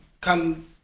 come